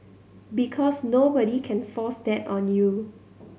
because nobody can force that on you